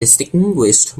distinguished